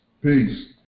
Peace